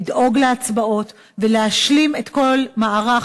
לדאוג להצבעות ולהשלים את כל מערך